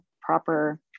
proper